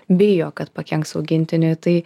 bijo kad pakenks augintiniui tai